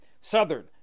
southern